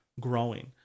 growing